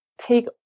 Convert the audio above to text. take